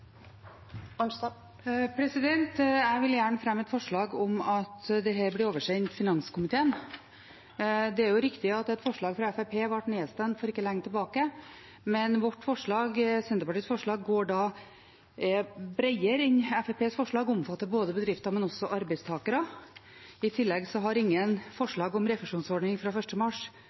Arnstad har bedt om ordet. Jeg vil gjerne fremme forslag om at dette blir oversendt finanskomiteen. Det er riktig at et forslag fra Fremskrittspartiet ble nedstemt for ikke lenge tilbake, men Senterpartiets forslag er bredere enn Fremskrittspartiets forslag og omfatter ikke bare bedrifter, men også arbeidstakere. I tillegg har ingen forslag om refusjonsordning fra 1. mars